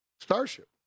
Starship